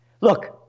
Look